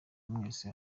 mwese